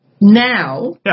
now